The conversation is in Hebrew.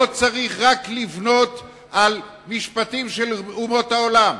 לא צריך רק לבנות על משפטים של אומות העולם,